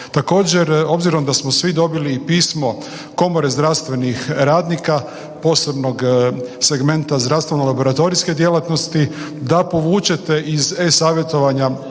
Također, obzirom da smo svi dobili i pismo komore zdravstvenih radnika posebnog segmenta zdravstveno laboratorijske djelatnosti, da povučete iz e-savjetovanja